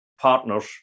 partners